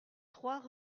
trois